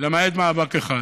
למעט מאבק אחד,